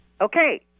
Okay